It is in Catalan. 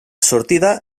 sortida